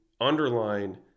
underline